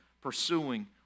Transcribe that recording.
pursuing